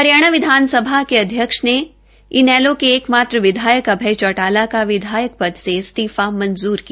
हरियाणा विधानसभा के अध्यक्ष ने इनेलो के एकमात्र विधायक अभय चौटाला का विधायक पद से इस्तीफा मंजूर किया